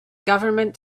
government